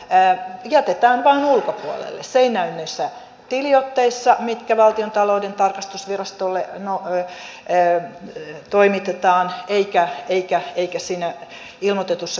se ei näy näissä tiliotteissa mitkä valtiontalouden tarkastusvirastolle toimitetaan eikä niissä ilmoitetuissa kampanjakustannuksissa